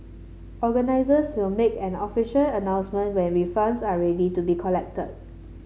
organisers will make an official announcement when refunds are ready to be collected